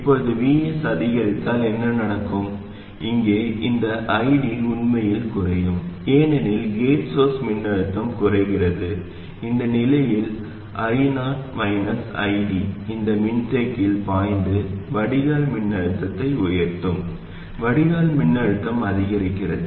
இப்போது Vs அதிகரித்தால் என்ன நடக்கும் இங்கே இந்த ID உண்மையில் குறையும் ஏனெனில் கேட் சோர்ஸ் மின்னழுத்தம் குறைகிறது அந்த நிலையில் I0 மைனஸ் ID இந்த மின்தேக்கியில் பாய்ந்து வடிகால் மின்னழுத்தத்தை உயர்த்தும் வடிகால் மின்னழுத்தம் அதிகரிக்கிறது